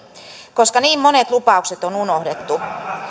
koska niin monet lupaukset on unohdettu